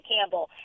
Campbell